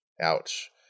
Ouch